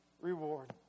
reward